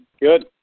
Good